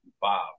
five